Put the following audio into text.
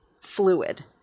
fluid